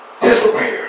disappear